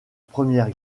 première